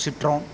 citron